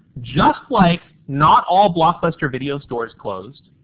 just like not all blockbuster video store is closed.